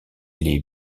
les